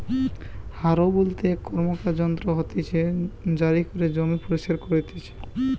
হারও বলতে এক র্কমকার যন্ত্র হতিছে জারি করে জমি পরিস্কার করতিছে